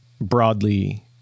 broadly